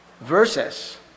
verses